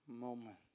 moment